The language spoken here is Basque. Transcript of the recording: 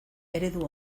eredu